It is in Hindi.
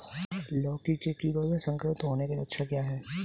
लौकी के कीड़ों से संक्रमित होने के लक्षण क्या हैं?